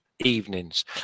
evenings